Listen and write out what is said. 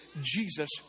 jesus